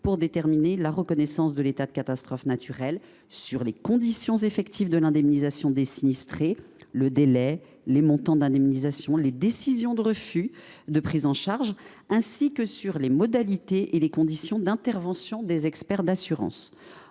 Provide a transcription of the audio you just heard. pour déterminer la reconnaissance de l’état de catastrophe naturelle, sur les conditions effectives de l’indemnisation des sinistrés, le délai, les montants d’indemnisation, les décisions de refus de prise en charge, ainsi que sur les modalités et les conditions d’intervention des experts d’assurance.